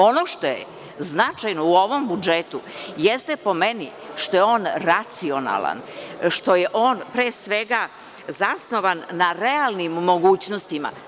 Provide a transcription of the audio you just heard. Ono što je značajno u ovom budžetu, jeste po meni, što je on racionalan, što je on pre svega zasnovan na realnim mogućnostima.